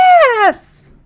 Yes